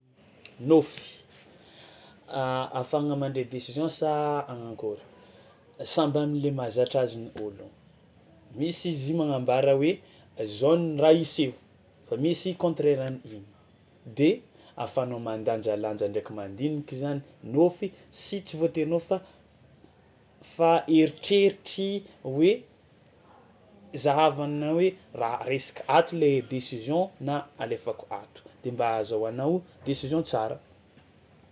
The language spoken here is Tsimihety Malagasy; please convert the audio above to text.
Nôfy ahafahagna mandray décision sa hagnakôry? Samby am'le mahazatra azy ny ôlogno, misy izy magnambara hoe zao ny raha hiseho fa misy contraire-n'iny de ahafahanao mandanjalanja ndraiky mandiniky zany nôfy sy tsy voatery nôfy fa fa eritreritry hoe zahavana hoe raha raisika ato le décision na alefako ato de mba azahoanao décision tsara.